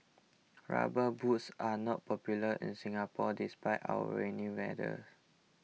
rubber boots are not popular in Singapore despite our rainy weather